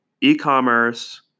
e-commerce